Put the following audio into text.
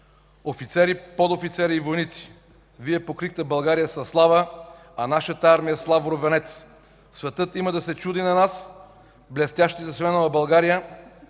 „Офицери, подофицери и войници, Вие покрихте България със слава, а нашата армия – с лавров венец. Светът има да се чуди на нас, блестящите синове на България,